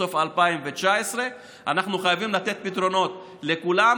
סוף 2019. אנחנו חייבים לתת פתרונות לכולם.